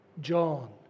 John